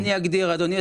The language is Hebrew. אני אגדיר, אדוני.